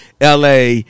LA